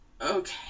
Okay